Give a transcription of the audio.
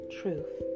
truth